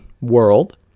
world